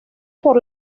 por